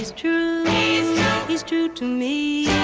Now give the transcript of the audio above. he's too he's too to me,